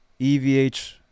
EVH